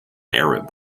arab